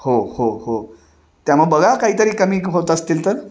हो हो हो त्यामुळं बघा काहीतरी कमी होत असतील तर